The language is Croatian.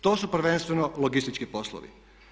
To su prvenstveno logistički poslovi.